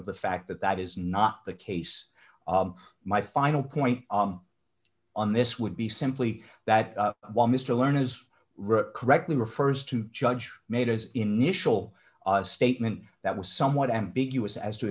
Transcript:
of the fact that that is not the case my final point on this would be simply that while mr learn as correctly refers to judge made his initial statement that was somewhat ambiguous as to